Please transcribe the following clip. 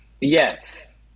yes